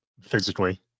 physically